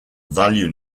value